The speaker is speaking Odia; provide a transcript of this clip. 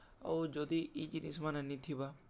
ଆଉ ଯଦି ଇ ଜିନିଷ୍ମାନେ ନି ଥିବା